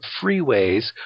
freeways